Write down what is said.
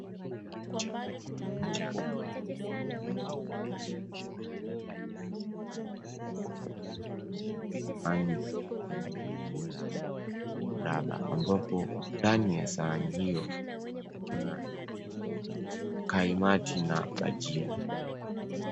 Chakula aina moja ambapo imepakuliwa kwenye sahani nyeupe ambapo sahani hiyo ni sahani yenye umbo la mraba ambapo ndani ya sahani hiyo kuna kaimati na bajia.